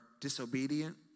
disobedient